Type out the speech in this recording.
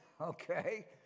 okay